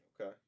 Okay